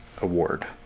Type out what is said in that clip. Award